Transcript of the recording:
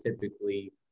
typically